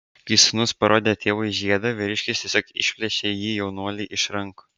kai sūnus parodė tėvui žiedą vyriškis tiesiog išplėšė jį jaunuoliui iš rankų